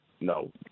No